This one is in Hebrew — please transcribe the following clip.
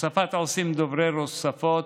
הוספת עו"סים דוברי שפות,